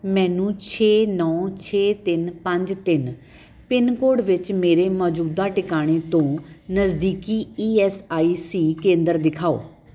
ਮੈਨੂੰ ਛੇ ਨੌਂ ਛੇ ਤਿੰਨ ਪੰਜ ਤਿੰਨ ਪਿੰਨ ਕੋਡ ਵਿੱਚ ਮੇਰੇ ਮੌਜੂਦਾ ਟਿਕਾਣੇ ਤੋਂ ਨਜ਼ਦੀਕੀ ਈ ਐਸ ਆਈ ਸੀ ਕੇਂਦਰ ਦਿਖਾਓ